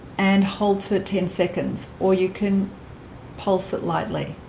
and hold for ten seconds or you can pulse it lightly